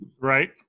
Right